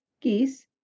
geese